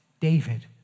David